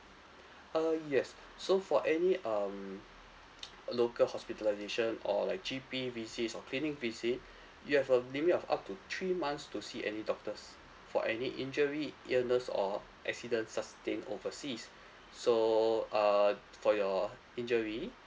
uh yes so for any um local hospitalisation or like G_P visits or clinic visit you have a limit of up to three months to see any doctors for any injury illness or accident sustained overseas so err for your injury